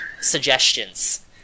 suggestions